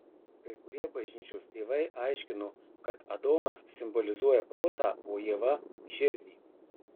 kai kurie bažnyčios tėvai aiškino kad adomas simbolizuoja protą o ieva širdį